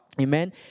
Amen